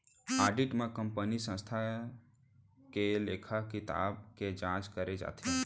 audit म कंपनीय संस्था के लेखा किताब के जांच करे जाथे